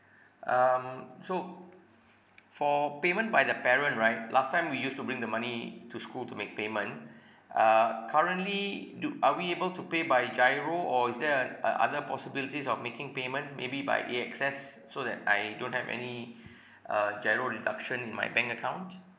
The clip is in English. um so for payment by the parent right last time we used to bring the money to school to make payment uh currently do are we able to pay by giro or is there a uh other possibilities of making payment maybe by A_X_S so that I don't have any uh giro reduction in my bank account